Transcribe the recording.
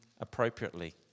appropriately